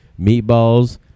Meatballs